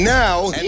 now